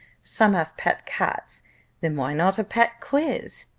some have pet cats then why not a pet quiz?